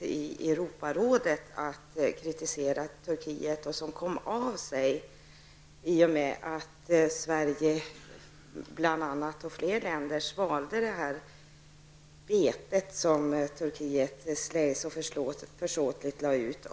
i Europarådet för att kritisera Turkiet kom ju av sig, då Sverige och vissa andra länder svalde det bete som Turkiet så försåtligt lade ut.